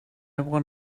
won